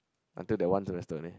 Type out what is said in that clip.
until that one semester then